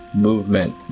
movement